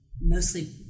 mostly